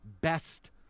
best